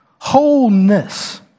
wholeness